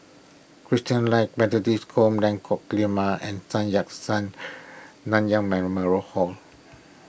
Christalite Methodist Home Lengkong Lima and Sun Yat Sen Nanyang Memorial Hall